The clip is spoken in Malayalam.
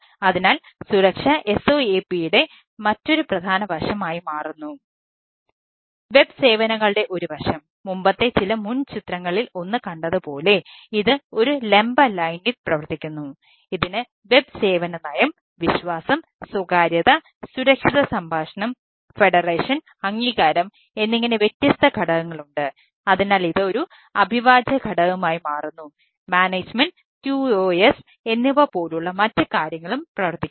അതിനാൽ സുരക്ഷ SOAP യുടെ മറ്റൊരു പ്രധാന വശമായി മാറുന്നു വെബ് QoS എന്നിവപോലുള്ള മറ്റ് കാര്യങ്ങളും പ്രവർത്തിക്കുന്നു